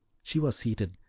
she was seated,